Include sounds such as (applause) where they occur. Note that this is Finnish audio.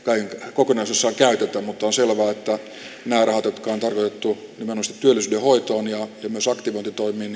kokonaisuudessaan käytetä mutta on selvää että näiden rahojen osalta jotka on tarkoitettu nimenomaisesti työllisyyden hoitoon ja myös aktivointitoimiin (unintelligible)